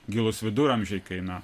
gilūs viduramžiai kai na